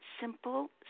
simple